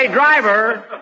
Driver